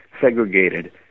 segregated